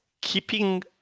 keeping